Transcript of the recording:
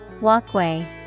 walkway